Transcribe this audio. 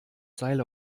seil